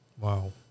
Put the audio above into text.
Wow